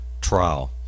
trial